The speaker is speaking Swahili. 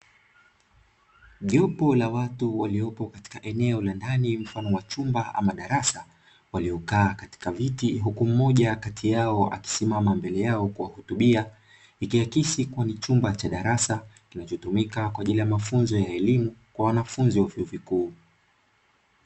Jopo la watu waliopo katika eneo la ndani mfano wa chumba ama darasa, waliokaa katika viti huku mmoja kati yao akisimama kuwahutubia, ikiakisi kuwa ni chumba cha darasa, kinachotumika kwa ajili ya mafunzo ya elimu kwa wanafunzi wa vyuo vikuu.